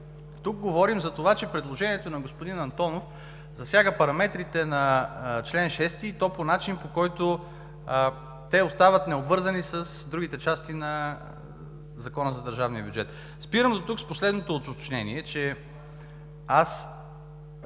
Тук говорим за това, че предложението на господин Антонов засяга параметрите на чл. 6, и то по начин, по който те остават необвързани с другите части на Закона за държавния бюджет. Спирам до тук с последното уточнение, че аз